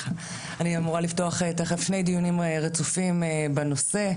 אני אמורה לפתוח תיכף שני דיונים רצופים בנושא,